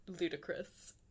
ludicrous